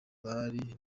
bari